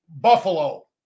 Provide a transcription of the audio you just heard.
Buffalo